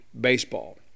baseball